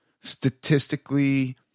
statistically